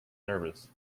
nervous